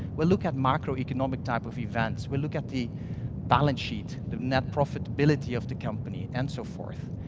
we'll look at macroeconomic type of events. we'll look at the balance sheet, the net profitability of the company, and so forth.